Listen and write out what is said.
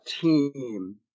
team